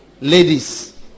ladies